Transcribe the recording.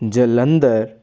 Jalandhar